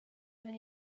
and